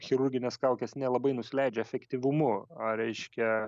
chirurginės kaukės nelabai nusileidžia efektyvumu ar reiškia